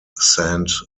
saint